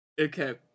okay